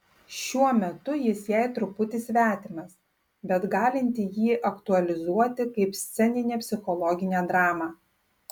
šiuo metu jis jai truputį svetimas bet galinti jį aktualizuoti kaip sceninę psichologinę dramą